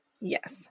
Yes